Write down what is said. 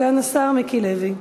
סגן השר מיקי לוי.